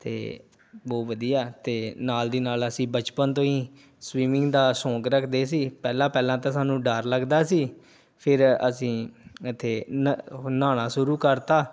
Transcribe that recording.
ਅਤੇ ਬਹੁਤ ਵਧੀਆ ਅਤੇ ਨਾਲ ਦੀ ਨਾਲ ਅਸੀਂ ਬਚਪਨ ਤੋਂ ਹੀ ਸਵਿਮਿੰਗ ਦਾ ਸ਼ੌਂਕ ਰੱਖਦੇ ਸੀ ਪਹਿਲਾਂ ਪਹਿਲਾਂ ਤਾਂ ਸਾਨੂੰ ਡਰ ਲੱਗਦਾ ਸੀ ਫਿਰ ਅਸੀਂ ਇੱਥੇ ਨ ਨਹਾਉਣਾ ਸ਼ੁਰੂ ਕਰਤਾ